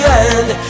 end